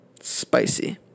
spicy